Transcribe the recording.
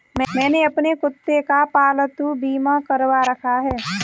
मैंने अपने कुत्ते का पालतू बीमा करवा रखा है